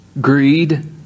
Greed